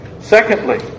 Secondly